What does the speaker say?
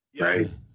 Right